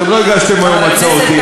אתם לא הגשתם היום הצעות אי-אמון.